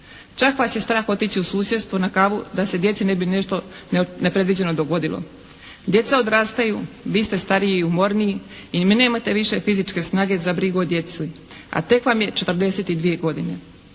Čak vas je strah otići u susjedstvo na kavu da se djeci ne bi nešto nepredviđeno dogodilo. Djeca odrastaju, vi ste stariji i umorniji i nemate više fizičke snage za brigu o djeci. A tek vam je 42 godine.